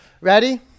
Ready